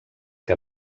que